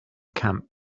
camp